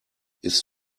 ist